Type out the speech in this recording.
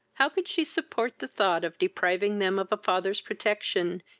how could she support the thought of depriving them of a father's protection,